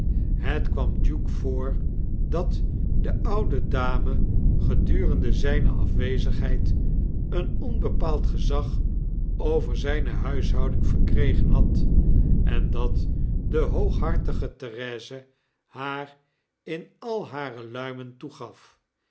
het kwam duke voor dat de oude dame gedurende zyne afwezigheid een onbepaald gezag over zijne huishouding verkregen had en dat de hooghartige therese haar in al hareluimen toegaf